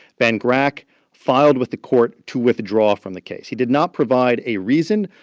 ben grack filed with the court to withdraw from the case. he did not provide a reason,